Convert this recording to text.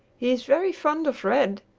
he is very fond of red,